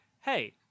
hey